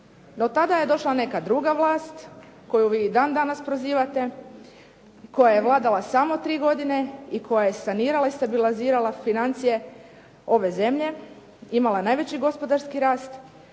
No tada je došla neka druga vlast koji vi i dan danas prozivate, koja je vladala samo 3 godine i koja je sanirala i stabilizirala financije ove zemlje, imala je najveći gospodarski rast